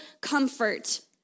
comfort